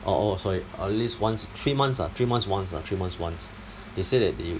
orh orh sorry at least once three months uh three months once uh three month once they say that they